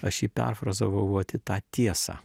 aš jį perfrazavau vat į tą tiesą